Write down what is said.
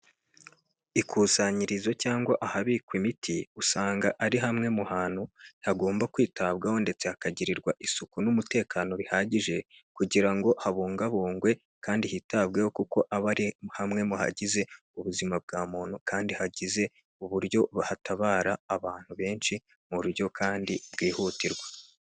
Ikusanyirizo cyangwa ahabikwa imiti usanga ari hamwe mu hantu hagomba kwitabwaho ndetse hakagirirwa isuku n'umutekano bihagije, kugira ngo habungabungwe kandi hitabweho kuko aba ari hamwe mu hagize ubuzima bwa muntu kandi hagize uburyo bahatabara abantu benshi mu buryo kandi bwihutirwa.